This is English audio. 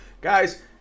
guys